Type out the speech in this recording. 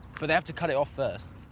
but they have to cut it off first.